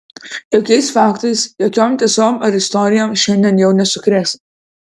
jokiais faktais jokiom tiesom ar istorijom šiandien jau nesukrėsi